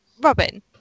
Robin